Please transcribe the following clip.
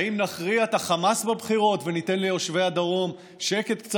האם נכריע את החמאס בבחירות וניתן ליושבי הדרום קצת שקט?